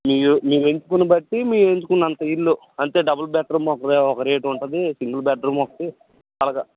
మీరు మీరెంచుకున్న బట్టి మీరెంచుకున్నంత ఇల్లు అంతే డబల్ బెడ్రూమ్ ఒక ఒక రేటుంటుంది సింగిల్ బెడ్రూమ్ ఒకటి అలాగా